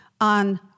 on